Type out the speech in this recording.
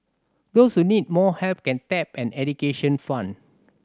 those who need more help can tap an education fund